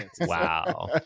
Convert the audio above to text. Wow